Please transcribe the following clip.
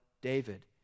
David